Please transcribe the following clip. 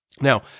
Now